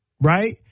right